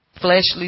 Fleshly